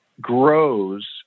grows